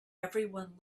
everyone